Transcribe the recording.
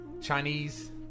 Chinese